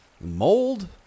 Mold